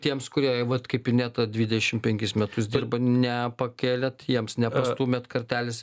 tiems kurie vat kaip ineta dvidešim penkis metus dirba ne nepakėlėt jiems nepastūmėt kartelės į